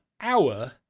hour